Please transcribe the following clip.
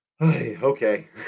Okay